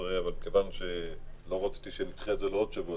לא רציתי שנדחה את הדיון בעוד שבוע,